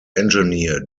engineer